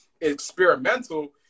experimental